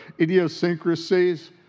idiosyncrasies